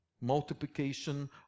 multiplication